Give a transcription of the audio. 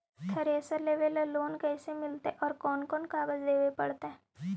Thresher लेबे ल loan कैसे मिलतइ और कोन कोन कागज देबे पड़तै?